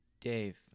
Dave